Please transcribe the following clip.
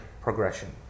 progression